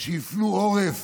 שהפנו עורף